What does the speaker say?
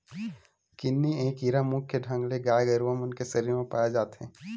किन्नी ए कीरा मुख्य ढंग ले गाय गरुवा मन के सरीर म पाय जाथे